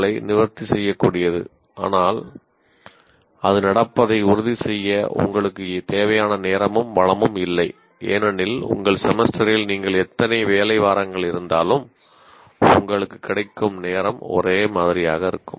க்களை நிவர்த்தி செய்யக்கூடியது ஆனால் அது நடப்பதை உறுதி செய்ய உங்களுக்கு தேவையான நேரமும் வளமும் இல்லை ஏனெனில் உங்கள் செமஸ்டரில் நீங்கள் எத்தனை வேலை வாரங்கள் இருந்தாலும் உங்களுக்கு கிடைக்கும் நேரம் ஒரே மாதிரியாக இருக்கும்